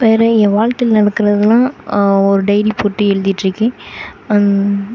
வேறே என் வாழ்க்கையில் நடக்குறதுலாம் ஒரு டைரி போட்டு எழுதிட்டிருக்கேன் அந்